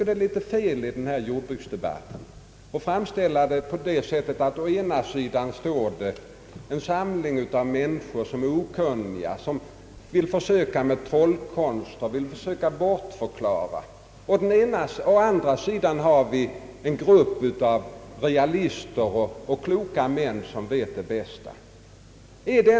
Det är litet fel i denna jordbruksdebatt att framställa det så, att det å ena sidan är en samling av människor som är okunniga och som vill försöka med trollkonster och vill försöka bortförklara, medan vi å den andra sidan har en grupp av realister och kloka män som vet vad som är bäst.